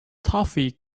toffee